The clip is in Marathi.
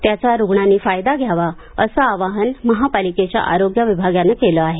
त्याचा रुग्णांनी फायदा घ्यावा असं आवाहन महापालिकेच्या आरोग्य विभागानं केलं आहे